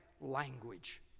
language